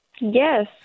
Yes